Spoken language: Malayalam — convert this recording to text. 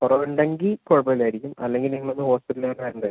കുറവുണ്ടങ്കിൽ കുഴപ്പമില്ലായിരിക്കും അല്ലങ്കിൽ നിങ്ങൾ ഹോസ്പിറ്റലിൽ വരെ വരേണ്ടി വരും